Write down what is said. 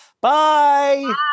Bye